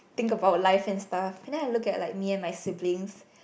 think about life and stuff can I have a look at like me and my sibling